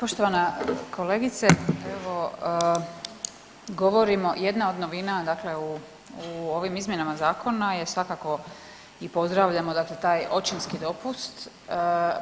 Poštovana kolegice, evo, govorimo jedna od novina dakle u ovim izmjenama zakona je svakako i pozdravljamo dakle taj očinski dopust,